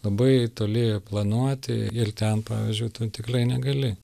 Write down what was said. labai toli planuoti ir ten pavyzdžiui tu tikrai negali